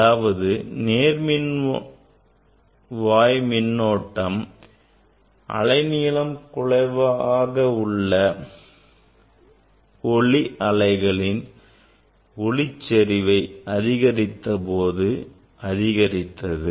அதாவது நேர்மின்வாய் மின்னோட்டம் அலை நீளம் குறைவாக உள்ள ஒளி அலைகளின் ஒளிச்செறிவை அதிகரித்தபோது அதிகரித்தது